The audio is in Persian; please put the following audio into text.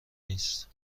نیست